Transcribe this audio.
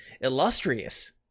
illustrious